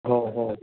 हो हो